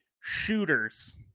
shooters